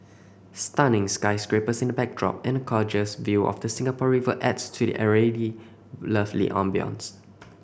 stunning sky scrapers in the backdrop and a gorgeous view of the Singapore River adds to the already lovely ambience